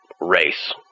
race